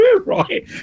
right